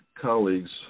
colleagues